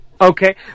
Okay